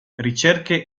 ricerche